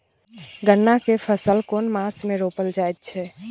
गन्ना के फसल केना मास मे रोपल जायत छै?